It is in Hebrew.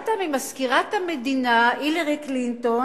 שהבנת ממזכירת המדינה הילרי קלינטון